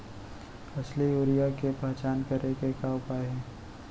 असली यूरिया के पहचान करे के का उपाय हे?